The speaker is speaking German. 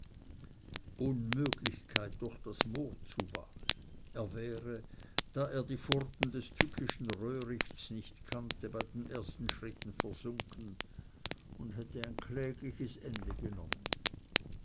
unmöglichkeit durch das moor zu waten er wäre da er die furten des tückischen röhrichts nicht kannte bei den ersten schritten versunken und hätte ein klägliches ende genommen